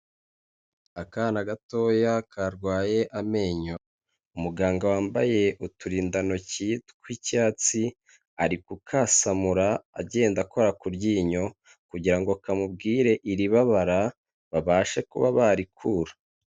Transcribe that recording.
Akana gatoya karwaye amenyo, umuganga wambaye uturindantoki tw’icyatsi ari kukasamura agenda akora ku ryinyo, kugira ngo kamubwire iribabara babashe kuba barikura.